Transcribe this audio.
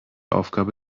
aufgabe